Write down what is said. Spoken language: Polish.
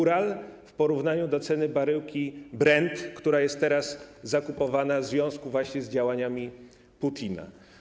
Ural w porównaniu do ceny baryłki ropy Brent, która jest teraz zakupywana w związku właśnie z działaniami Putina.